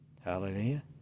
Hallelujah